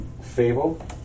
fable